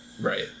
right